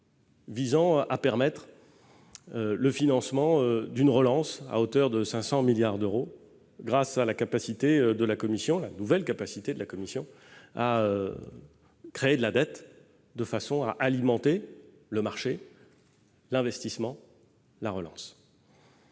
visant à permettre le financement d'une relance à hauteur de 500 milliards d'euros, grâce à la nouvelle capacité de la Commission à créer de la dette de façon à alimenter le marché, l'investissement, la relance.